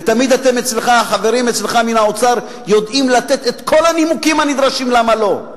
ותמיד החברים אצלך מן האוצר יודעים לתת את כל הנימוקים הנדרשים למה לא.